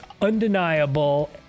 undeniable